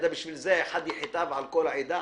בשביל זה אחד יחטא ועל כל העדה?